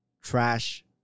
trash